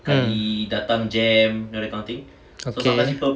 mm okay